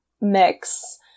mix